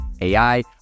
AI